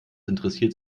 interessiert